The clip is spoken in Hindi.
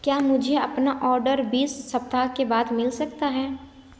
क्या मुझे अपना ऑर्डर बीस सप्ताह के बाद मिल सकता है